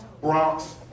Bronx